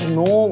no